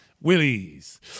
Willies